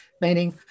meaning